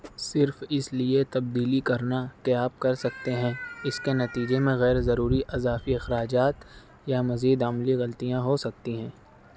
صرف اس لیے تبدیلی کرنا کہ آپ کر سکتے ہیں اس کے نتیجے میں غیر ضروری اضافی اخراجات یا مزید عملی غلطیاں ہو سکتی ہیں